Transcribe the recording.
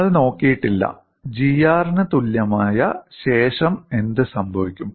നമ്മൾ നോക്കിയിട്ടില്ല G R ന് തുല്യമായ ശേഷം എന്ത് സംഭവിക്കും